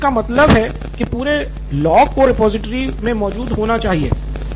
सिद्धार्थ मटूरी इसका मतलब की पूरे लॉग को रिपॉजिटरी में मौजूद होना चाहिए